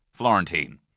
Florentine